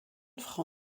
frau